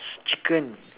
chicken